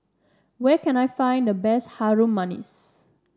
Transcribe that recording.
where can I find the best Harum Manis